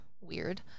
Weird